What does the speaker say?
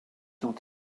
ont